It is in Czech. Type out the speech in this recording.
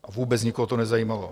A vůbec nikoho to nezajímalo.